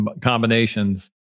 combinations